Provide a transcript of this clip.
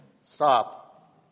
Stop